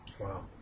Wow